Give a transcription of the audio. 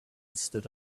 stood